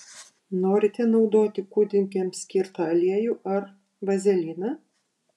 norite naudoti kūdikiams skirtą aliejų ar vazeliną